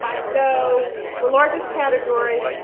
so the largest category,